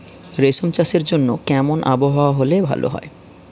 রেশম চাষের জন্য কেমন আবহাওয়া হাওয়া হলে ভালো?